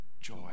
joy